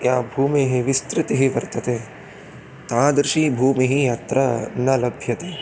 या भूमिः विस्तृतिः वर्तते तादृशी भूमिः अत्र न लभ्यते